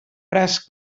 braç